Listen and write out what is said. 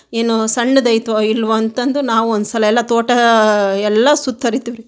ಏನೂ ಸಣ್ಣದು ಐತೋ ಇಲ್ಲವೋ ಅಂತಂದು ನಾವು ಒಂದುಸಲ ಎಲ್ಲ ತೋಟ ಎಲ್ಲ ಸುತ್ತರಿತೀವಿ ರೀ